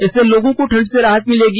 इससे लोगों को ठंड से राहत मिलेगी